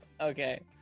Okay